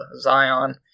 Zion